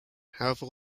however